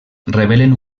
revelen